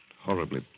Horribly